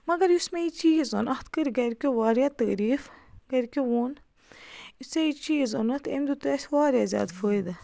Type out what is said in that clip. مگر یُس مےٚ یہِ چیٖز اوٚن اَتھ کٔرۍ گَرکیو واریاہ تعریٖف گَرکیو ووٚن یُس ژےٚ یہِ چیٖز اوٚنُتھ أمۍ دیُتُے اَسہِ واریاہ زیادٕ فٲیدٕ